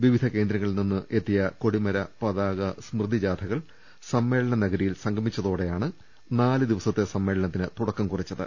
വിവിധ കേന്ദ്രങ്ങളിൽ നിന്ന് എത്തിയ കൊടിമര പതാക സ്മൃതി ജാഥകൾ സമ്മേളന നഗരിയിൽ സംഗമിച്ചതോടെയാണ് നാലു ദിവസത്തെ സമ്മേളനത്തിന് തുടക്കം കുറിച്ചത്